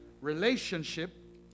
relationship